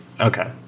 Okay